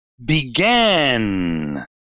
began